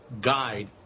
guide